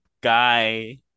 Guy